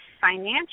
financial